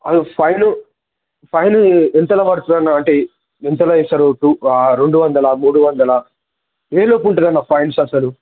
అ fine fine ఎంత పడుతదన్న అంటే ఎంతలా చేస్తారు టు రెండు వందలా మూడు వందలా ఏ లోపు ఉంటుందన్న ఫైన్స్ అసలు